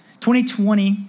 2020